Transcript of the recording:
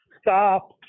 stop